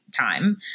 time